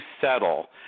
settle –